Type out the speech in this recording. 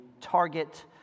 target